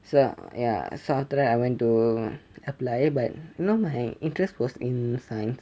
so ya so after that I went to apply but no my interest was in science